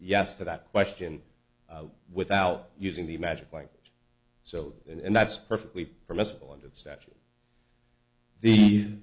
yes to that question without using the magic like so and that's perfectly permissible under the